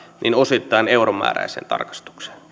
osittain euromääräiseen tarkistukseen